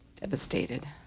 devastated